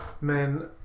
men